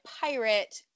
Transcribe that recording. pirate